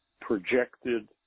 projected